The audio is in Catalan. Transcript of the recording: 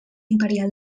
imperial